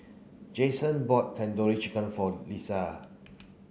Jason bought Tandoori Chicken for Lia